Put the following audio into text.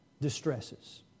Distresses